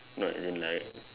no as in like